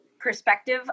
perspective